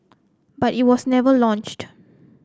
but it was never launched